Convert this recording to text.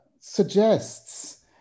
Suggests